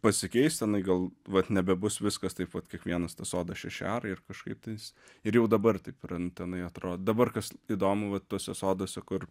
pasikeis tenai gal vat nebebus viskas taip vat kiekvienas tas sodas šeši arai ir kažkaip tais ir jau dabar taip yra nu tenai atrodo dabar kas įdomu va tuose soduose kur